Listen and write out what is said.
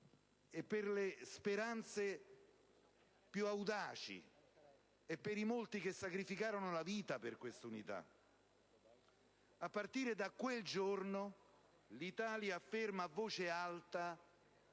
che la accompagnarono e per i molti che sacrificarono la vita per questa unità. A partire da quel giorno, l'Italia afferma a voce alta